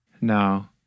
No